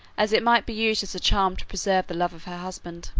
as it might be used as a charm to preserve the love of her husband.